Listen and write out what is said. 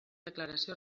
declaració